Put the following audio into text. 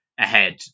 ahead